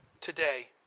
today